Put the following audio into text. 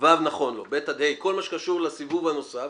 כל מה שקשור לסיבוב הנוסף,